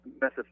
message